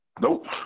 Nope